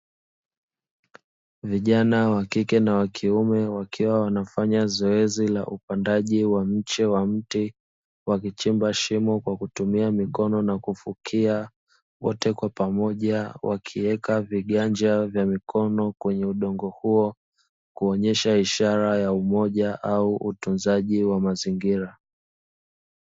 Vijana wa kike na wa kiume wakiwa wanafanya zoezi la upandaji wa mche wa mti, wakichimba shimo kwa kutumia mikono na kufukia wote kwa pamoja, wakiweka viganja vya mikono kwenye udongo huo kuonyesha ishara ya umoja au utunzaji wa mazingira.